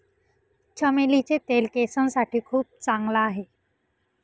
चमेलीचे तेल केसांसाठी खूप चांगला आहे